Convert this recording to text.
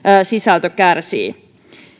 sisältö kärsii